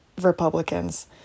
Republicans